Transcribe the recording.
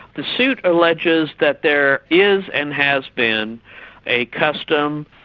the suit alleges that there is and has been a custom,